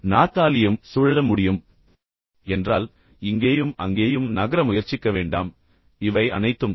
நாற்காலியும் சுழல முடியும் என்றால் இங்கேயும் அங்கேயும் நகர முயற்சிக்க வேண்டாம் அதை சுழற்றிக்கொண்டே இருக்கவேண்டாம்